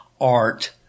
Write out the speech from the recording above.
Art